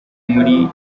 muri